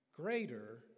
greater